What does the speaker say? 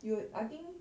you would I think